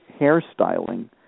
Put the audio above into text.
hairstyling